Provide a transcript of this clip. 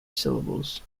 syllables